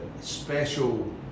special